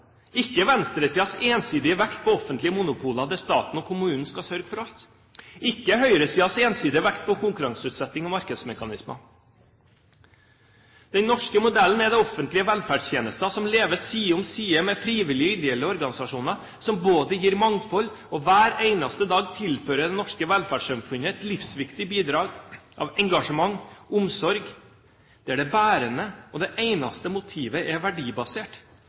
ikke venstresidens ensidige vekt på offentlige monopoler, der staten og kommunen skal sørge for alt, og ikke høyresidens ensidige vekt på konkurranseutsetting og markedsmekanismer. Den norske modellen er det offentliges velferdstjenester som lever side om side med frivillige, ideelle organisasjoner, som både gir mangfold og hver eneste dag tilfører det norske velferdssamfunnet et livsviktig bidrag av engasjement og omsorg, der det bærende og det eneste motivet er verdibasert: